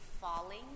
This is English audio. falling